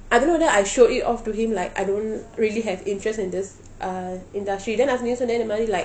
I don't know whether I showed it off to him like I don't really have interest in this uh industry then அப்ரம் சொன்னேன் இந்த மாதிரி:apram sonnen intha mathiri like